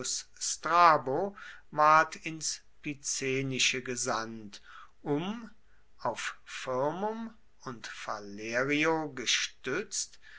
ins picenische gesandt um auf firmum und falerio gestützt